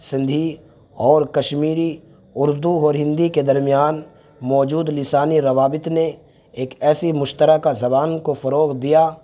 سندھی اور کشمیری اردو اور ہندی کے درمیان موجود لسانی روابط نے ایک ایسی مشترکہ زبان کو فروغ دیا